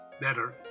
better